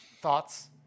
Thoughts